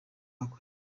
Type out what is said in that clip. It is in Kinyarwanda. bakoze